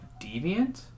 deviant